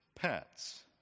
Pets